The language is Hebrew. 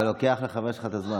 אתה לוקח לחבר שלך את הזמן.